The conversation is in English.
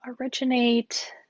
originate